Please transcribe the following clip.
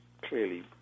clearly